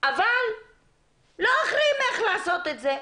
אבל לא אחראים איך לעשות את זה.